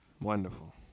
wonderful